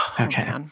Okay